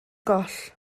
goll